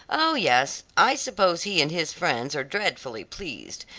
oh, yes, i suppose he and his friends are dreadfully pleased.